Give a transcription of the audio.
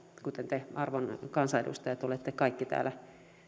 kuten te arvon kansanedustajat olette kaikki täällä